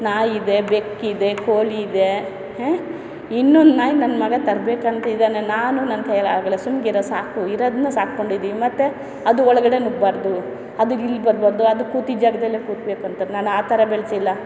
ನಾಯಿ ಇದೆ ಬೆಕ್ಕಿದೆ ಕೋಳಿ ಇದೆ ಇನ್ನೊಂದು ನಾಯಿ ನನ್ನ ಮಗ ತರ್ಬೇಕು ಅಂತ ಇದ್ದಾನೆ ನಾನು ನನ್ನ ಕೈಯ್ಯಲ್ಲಿ ಆಗಲ್ಲ ಸುಮ್ನಿರೋ ಸಾಕು ಇರೋದನ್ನ ಸಾಕ್ಕೊಂಡು ಇದ್ದೀವಿ ಮತ್ತೆ ಅದು ಒಳಗಡೆ ನುಗ್ಗಬಾರ್ದು ಇಲ್ಗೆ ಬರಬಾರ್ದು ಅದು ಕೂತಿದ್ದ ಜಾಗದಲ್ಲೆ ಕೂರ್ಬೇಕು ಅಂತ ನಾನು ಆ ಥರ ಬೆಳೆಸಿಲ್ಲ